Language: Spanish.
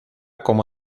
como